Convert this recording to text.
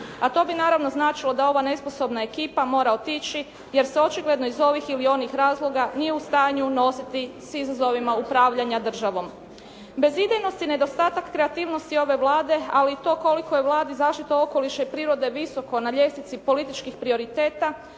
A to bi naravno značilo da ova nesposobna ekipa mora otići jer se očigledno iz ovih ili onih razloga nije u stanju nositi s izazovima upravljanja državom. Bezidejnost i nedostatak kreativnosti ove Vlade ali i to koliko je Vladi zaštita okoliša i prirode visoko na ljestvici političkih prioriteta